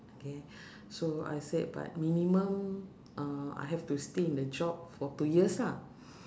okay so I said but minimum uh I have to stay in the job for two years lah